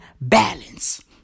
balance